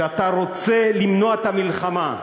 שאתה רוצה למנוע את המלחמה,